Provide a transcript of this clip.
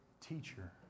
teacher